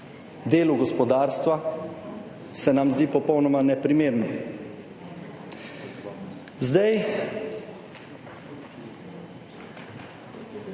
delu gospodarstva, se nam zdi popolnoma neprimerno. Zdaj,